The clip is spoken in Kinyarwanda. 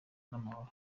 n’amahoro